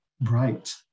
bright